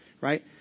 Right